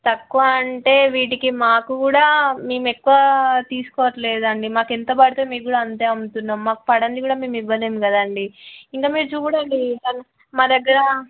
తక్కువ అంటే వీటికి మాకు కూడా మేము ఎక్కువ తీసుకోవట్లేదండి మాకు ఎంత పడితే మీకు కూడా అంతే అమ్ముతున్నాం మాకు పడంది కూడా మేము ఇవ్వలేము కదండి ఇంకా మీరు చూడండి మా దగ్గర